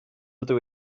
ydw